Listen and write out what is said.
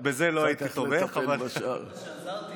בזה לא היית תומך אבל --- אחרי שעזרתי